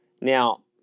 Now